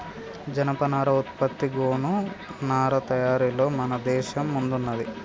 జనపనార ఉత్పత్తి గోగు నారా తయారీలలో మన దేశం ముందున్నది